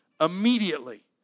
immediately